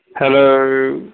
hello